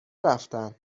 رفتن